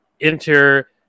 enter